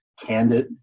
candid